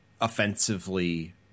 offensively